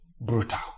brutal